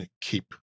keep